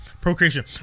procreation